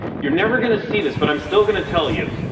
you're never gonna see this, but i'm still gonna tell you.